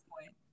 point